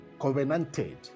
covenanted